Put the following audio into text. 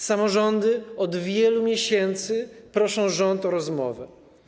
Samorządy od wielu miesięcy proszą rząd o rozmowę.